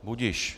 Budiž.